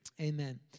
Amen